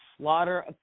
slaughter